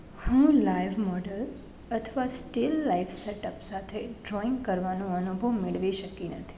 હું live model અથવા still live setup સાથે ડ્રોઈંગ કરવાનો અનુભવ મેળવી શકી નથી